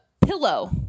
pillow